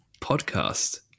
Podcast